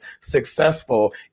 successful